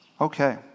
Okay